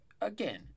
again